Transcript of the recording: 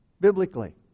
biblically